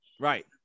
Right